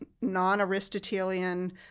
non-Aristotelian